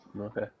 okay